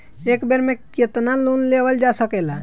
एक बेर में केतना लोन लेवल जा सकेला?